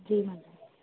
जी